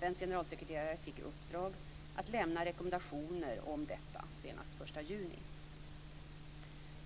FN:s generalsekreterare fick i uppdrag att lämna rekommendationer om detta senast den